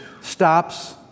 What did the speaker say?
stops